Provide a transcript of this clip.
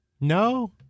No